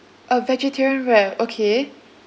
a vegetarian wrap okay